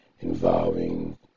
involving